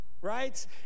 right